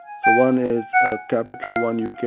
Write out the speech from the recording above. so one is ah capital one yeah uk,